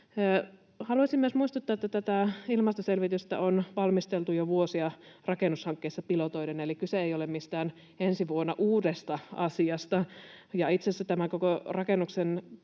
Haluaisin myös muistuttaa, että tätä ilmastoselvitystä on valmisteltu jo vuosia rakennushankkeissa pilotoiden, eli kyse ei ole mistään ensi vuonna uudesta asiasta, ja itse asiassa rakennusten